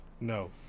No